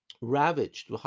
ravaged